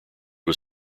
was